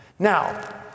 Now